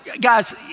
guys